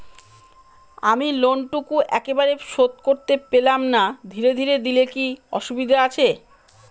আমি লোনটুকু একবারে শোধ করতে পেলাম না ধীরে ধীরে দিলে কি অসুবিধে আছে?